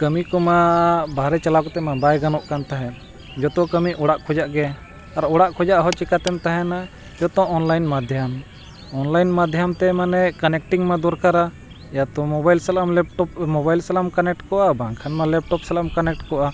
ᱠᱟᱹᱢᱤ ᱠᱚᱢᱟ ᱵᱟᱦᱨᱮ ᱪᱟᱞᱟᱣ ᱠᱟᱛᱮᱫ ᱢᱟ ᱵᱟᱭ ᱜᱟᱱᱚᱜ ᱠᱟᱱ ᱛᱟᱦᱮᱸᱫ ᱡᱷᱚᱛᱚ ᱠᱟᱹᱢᱤ ᱚᱲᱟᱜ ᱠᱷᱚᱱᱟᱜ ᱜᱮ ᱟᱨ ᱚᱲᱟᱜ ᱠᱷᱚᱱᱟᱜ ᱦᱚᱸ ᱪᱤᱠᱟᱹᱛᱮᱢ ᱛᱟᱦᱮᱱᱟ ᱡᱷᱚᱛᱚ ᱚᱱᱞᱟᱭᱤᱱ ᱢᱟᱫᱽᱫᱷᱚᱢ ᱚᱱᱞᱟᱭᱤᱱ ᱢᱟᱫᱽᱫᱷᱚᱢ ᱛᱮ ᱢᱟᱱᱮ ᱠᱟᱱᱮᱠᱴᱤᱝ ᱢᱟ ᱫᱚᱨᱠᱟᱨᱟ ᱮᱭᱟᱛᱚ ᱢᱳᱵᱟᱭᱤᱞ ᱥᱟᱞᱟᱜ ᱮᱢ ᱞᱮᱯᱴᱚᱯ ᱢᱳᱵᱟᱭᱤᱞ ᱥᱟᱞᱟᱜ ᱮᱢ ᱠᱟᱱᱮᱠᱴ ᱠᱚᱜᱼᱟ ᱵᱟᱝᱠᱷᱟᱱ ᱢᱟ ᱞᱮᱯᱴᱚᱯ ᱥᱟᱞᱟᱜ ᱮᱢ ᱠᱟᱱᱮᱠᱴ ᱠᱚᱜᱼᱟ